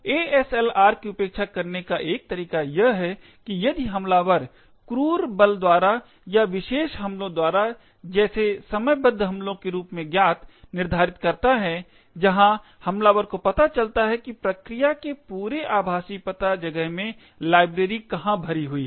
ASLR की उपेक्षा करने का एक तरीका यह है कि यदि हमलावर क्रूर बल द्वारा या विशेष हमलों द्वारा जैसे समयबद्ध हमलों के रूप में ज्ञात निर्धारित करता है जहां हमलावर को पता चलता है कि प्रक्रिया के पूरे आभाषी पता जगह में लाइब्रेरी कहां भरी हुई है